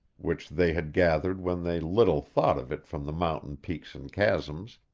which they had gathered when they little thought of it from the mountain peaks and chasms,